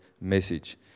message